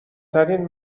ترین